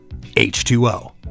H2O